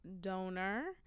donor